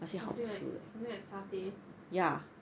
something like something like satay